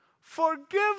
forgive